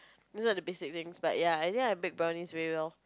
these are the basic things but ya I think I bake brownies really well